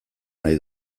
nahi